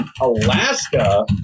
Alaska